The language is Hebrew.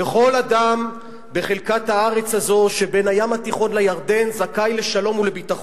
וכל אדם בחלקת הארץ הזו שבין הים התיכון לירדן זכאי לשלום ולביטחון,